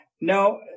No